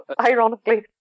ironically